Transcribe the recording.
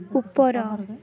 ଉପର